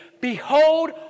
Behold